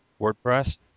WordPress